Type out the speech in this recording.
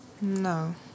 No